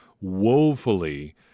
woefully